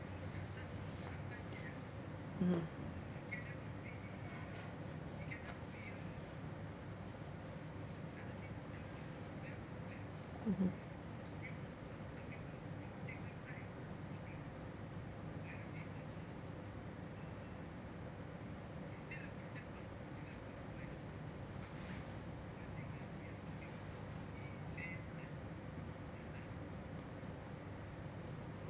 mmhmm mmhmm